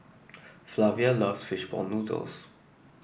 Flavia loves fish ball noodles